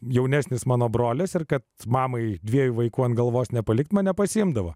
jaunesnis mano brolis ir kad mamai dviejų vaikų ant galvos nepalikti mane pasiimdavo